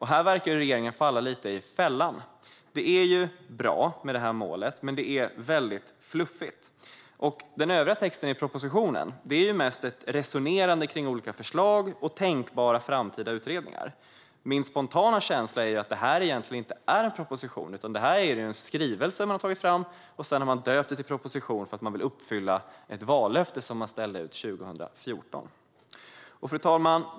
Här verkar regeringen falla lite i fällan. Det är bra med målet, men det är väldigt fluffigt. Den övriga texten i propositionen är mest ett resonerande kring olika förslag och tänkbara framtida utredningar. Min spontana känsla är att detta egentligen inte är en proposition utan en skrivelse som man har tagit fram och sedan döpt till proposition därför att man vill uppfylla ett vallöfte som man gav 2014. Fru talman!